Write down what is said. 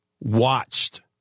watched